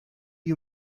you